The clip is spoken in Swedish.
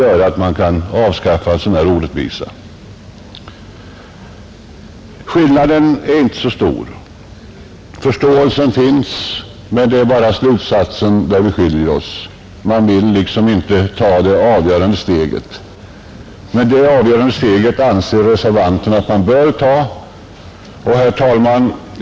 Skillnaden mellan utskottsmajoriteten och reservanterna är inte så stor — förståelsen finns hos alla, men det skiljer i fråga om slutsatserna; utskottsmajoriteten vill liksom inte ta det avgörande steget. Det avgörande steget anser reservanterna att man bör ta. Herr talman!